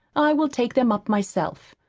i will take them up myself.